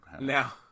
Now